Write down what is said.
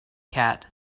cat